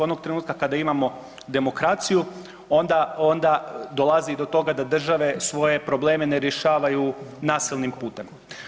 Onog trenutka kad imamo demokraciju, onda dolazi i do toga da države svoje probleme ne rješavaju nasilnim putem.